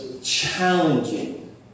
challenging